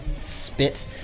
spit